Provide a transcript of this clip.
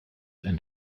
and